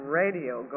radio